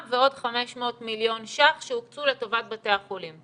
ועוד 500 מיליון ₪ שהוקצו לטובת בתי החולים.